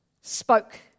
spoke